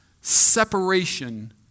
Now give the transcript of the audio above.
separation